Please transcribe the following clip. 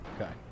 Okay